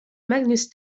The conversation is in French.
magnus